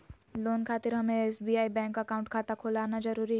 Loan खातिर हमें SBI bank account खाता खोल आना जरूरी है?